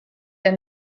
der